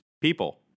people